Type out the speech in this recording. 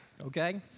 okay